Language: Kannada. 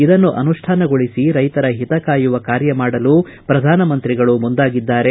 ಇದನ್ನು ಅನು ್ಯಾನಗೊಳಿಸಿ ರೈತರ ಹಿತಕಾಯುವ ಕಾರ್ಯ ಮಾಡಲು ಪ್ರಧಾನ ಮಂತ್ರಿಗಳು ಮುಂದಾಗಿದ್ದಾರೆ